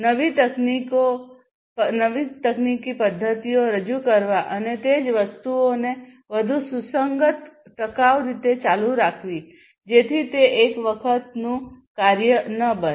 નવી તકનીકી પદ્ધતિઓ રજૂ કરવા અને તે જ વસ્તુઓને વધુ સુસંગત ટકાઉ રીતે ચાલુ રાખવી જેથી તે એક વખત નું કાર્ય ન બને